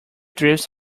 drifts